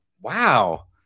Wow